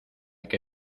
que